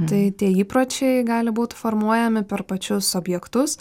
tai tie įpročiai gali būt formuojami per pačius objektus